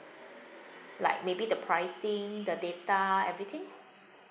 like maybe the pricing the data everything